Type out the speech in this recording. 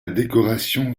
décoration